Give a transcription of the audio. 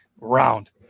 round